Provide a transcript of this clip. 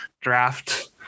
draft